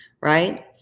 right